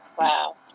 Wow